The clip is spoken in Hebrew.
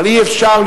אבל אי-אפשר,